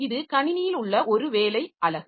இது கணினியில் உள்ள ஒரு வேலை அலகு